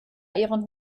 ihren